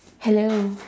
hello